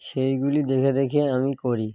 সেইগুলি দেখে দেখে আমি করি